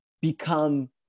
become